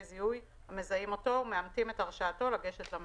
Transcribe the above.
זיהוי המזהים אותו ומאמתים את הרשאתו לגשת למידע.